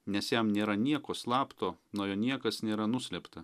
nes jam nėra nieko slapto nuo jo niekas nėra nuslėpta